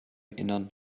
innern